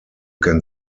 can